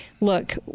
Look